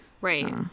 Right